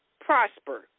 prosper